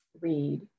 read